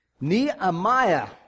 Nehemiah